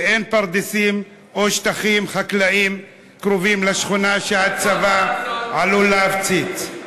ואין פרדסים או שטחים חקלאיים קרובים לשכונה שהצבא עלול להפציץ.